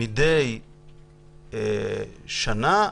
מדי שנה,